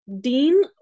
dean